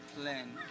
plan